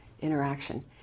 interaction